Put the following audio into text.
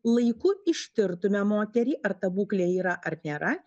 laiku ištirtume moterį ar ta būklė yra ar nėra